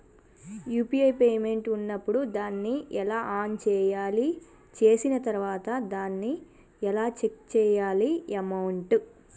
UPI payment ఉన్నప్పుడు దాన్ని ఎలా ఆన్ చేయాలి? చేసిన తర్వాత దాన్ని ఎలా చెక్ చేయాలి అమౌంట్?